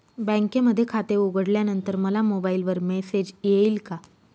बँकेमध्ये खाते उघडल्यानंतर मला मोबाईलवर मेसेज येईल का?